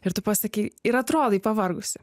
ir tu pasakei ir atrodai pavargusi